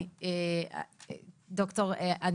דוקטור,